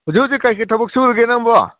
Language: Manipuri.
ꯍꯧꯖꯤꯛ ꯍꯧꯖꯤꯛ ꯀꯔꯤ ꯀꯔꯤ ꯊꯕꯛ ꯁꯨꯔꯤꯒꯦꯅꯦ ꯅꯪꯕꯣ